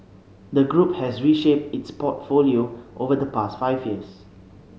the group has reshaped its portfolio over the past five years